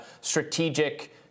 strategic